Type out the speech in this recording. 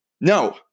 No